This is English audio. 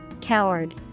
Coward